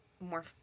more